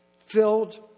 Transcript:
filled